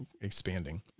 expanding